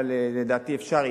לדעתי אפשר,